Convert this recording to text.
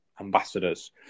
ambassadors